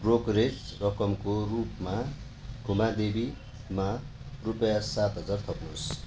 brokerage रकमको रूपमा खुमा देवीमा रुपियाँ सात हजार थप्नुहोस्